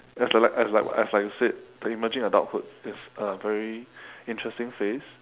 as like as like as like you said the emerging adulthood is a very interesting phase